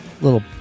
little